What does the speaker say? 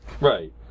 right